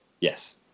yes